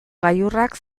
gailurrak